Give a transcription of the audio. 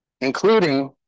including